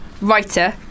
writer